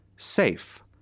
safe